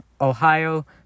Ohio